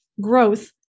growth